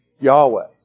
Yahweh